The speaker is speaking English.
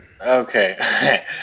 Okay